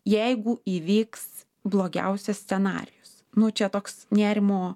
jeigu įvyks blogiausias scenarijus nu čia toks nerimo